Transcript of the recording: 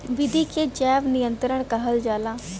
विधि के जैव नियंत्रण कहल जाला